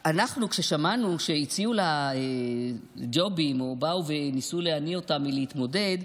כששמענו שהציעו לה ג'ובים או שבאו וניסו להניא אותה מלהתמודד,